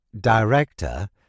director